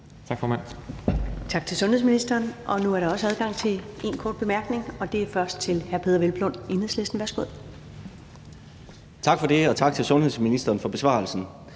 Tak for det. Og tak til sundhedsministeren for besvarelsen.